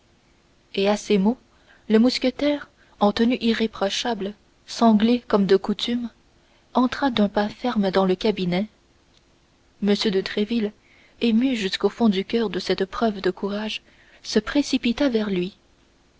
et à ces mots le mousquetaire en tenue irréprochable sanglé comme de coutume entra d'un pas ferme dans le cabinet m de tréville ému jusqu'au fond du coeur de cette preuve de courage se précipita vers lui